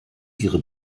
ihre